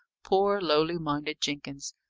poor, lowly-minded jenkins!